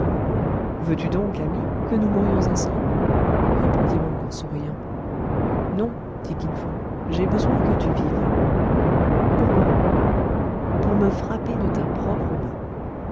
veux-tu donc ami que nous mourions ensemble répondit wang en souriant non dit kin fo j'ai besoin que tu vives pourquoi pour me frapper de ta propre main